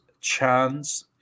Chance